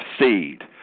seed